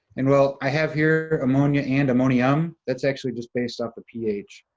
and well, i have here ammonia and ammonium, that's actually just based off the ph.